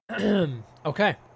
Okay